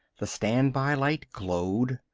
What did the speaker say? the standby light glowed.